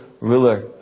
ruler